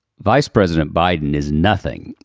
vice president biden is nothing,